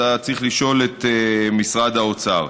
אתה צריך לשאול את משרד האוצר.